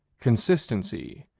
consistency,